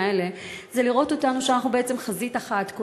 אלה זה לראות אותנו שאנחנו בעצם חזית אחת,